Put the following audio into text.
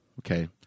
okay